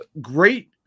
Great